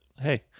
hey